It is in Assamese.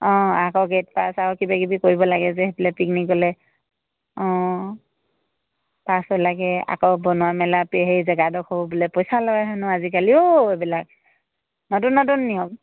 অঁ আকৌ গেট পাছ আৰু কিবা কিবি কৰিব লাগে যে সেইফালে পিকনিক গ'লে অঁ পাছো লাগে আকৌ বনোৱা মেলাত সেই জেগাডোখৰো বোলে পইচা লয় হেনো আজিকালি অ' এইবিলাক নতুন নতুন নিয়ম